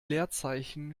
leerzeichen